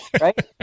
right